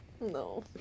No